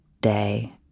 day